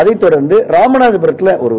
அதைத் தொடர்ந்து ராமநாதபுரத்தில் ஒருவர்